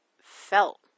felt